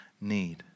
need